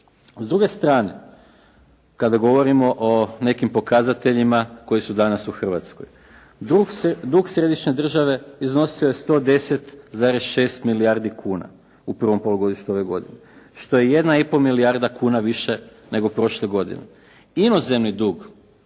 S druge strane kada govorimo o nekim pokazateljima koji su danas u Hrvatskoj. Dug središnje države iznosio je 110,6 milijardi kuna u prvom polugodištu ove godine, što je 1,5 milijarda kuna više nego prošle godine. Inozemni dug